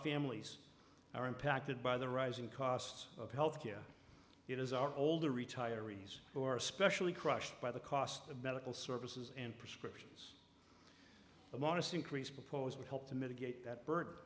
families are impacted by the rising costs of health care it is our older retirees who are especially crushed by the cost of medical services and prescription a modest increase proposed would help to mitigate that b